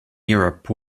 europe